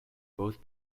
both